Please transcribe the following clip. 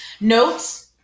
Notes